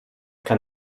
kann